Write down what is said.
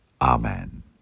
Amen